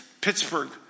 Pittsburgh